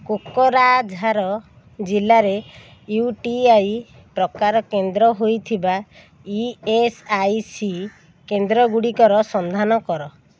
କୋକରାଝାର ଜିଲ୍ଲାରେ U T I ପ୍ରକାର କେନ୍ଦ୍ର ହୋଇଥିବା ଇ ଏସ୍ ଆଇ ସି କେନ୍ଦ୍ର ଗୁଡ଼ିକର ସନ୍ଧାନ କର